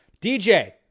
DJ